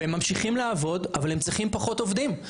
והם ממשיכים לעבוד, אבל הם צריכים פחות עובדים.